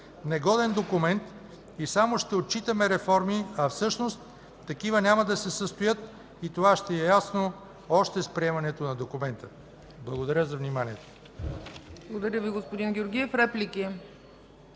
негоден документ и само ще отчитаме реформи, а всъщност такива няма да се състоят и това ще е ясно още с приемането на документа. Благодаря за вниманието.